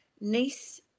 niece